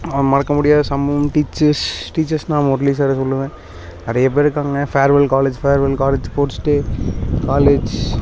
மறக்க முடியாத சம்பவம் டீச்சர்ஸ் டீச்சர்ஸ்னா முரளி சாரை சொல்லுவேன் நிறைய பேர் இருக்காங்கள் farewell college farewell college sports day college